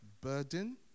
burden